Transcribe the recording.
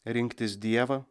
rinktis dievą